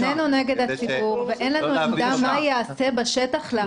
איננו נגד הציבור ואין לנו עמדה מה ייעשה בשטח לאחר הפינוי.